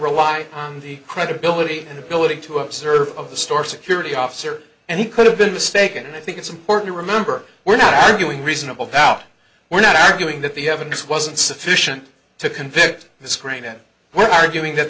rely on the credibility and ability to observe the store security officer and he could have been mistaken and i think it's important to remember we're not arguing reasonable doubt we're not arguing that the evidence wasn't sufficient to convict this crane and we're arguing that